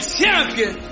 champion